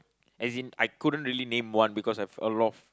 as in I couldn't really name one because I've a lot of